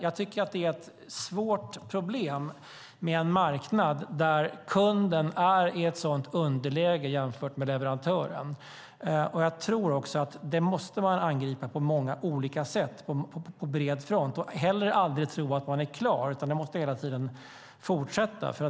Det är ett svårt problem med en marknad där kunden är i ett sådant underläge jämfört med leverantören. Jag tror att frågan måste angripas på många olika sätt på bred front. Man ska aldrig heller tro att man är klar, utan man måste hela tiden fortsätta.